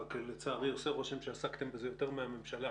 לצערי עושה רושם שעסקתם בזה יותר מהממשלה.